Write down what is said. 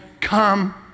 come